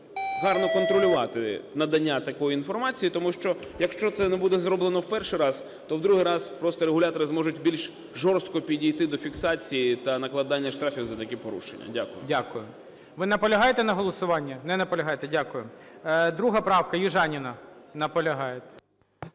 гарно контролювати надання такої інформації, тому що, якщо це не буде зроблено в перший раз, то в другий раз просто регулятори зможуть більш жорстко підійти до фіксації та накладання штрафів за такі порушення. Дякую. ГОЛОВУЮЧИЙ. Дякую. Ви наполягаєте на голосуванні? Не наполягаєте. Дякую. 2-а правка, Южаніна. Наполягаєте.